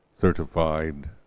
certified